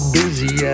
busy